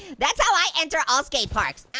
that's how i enter all skate parks, and